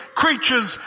creatures